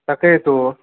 তাকেইতো